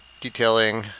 detailing